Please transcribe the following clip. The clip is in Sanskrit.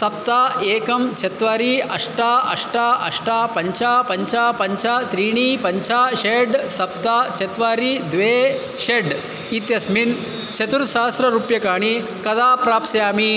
सप्त एकं चत्वारि अष्ट अष्ट अष्ट पञ्च पञ्च पञ्च त्रीणि पञ्च षट् सप्त चत्वारि द्वे षट् इत्यस्मिन् चतुःसहस्ररूप्यकाणि कदा प्राप्स्यामि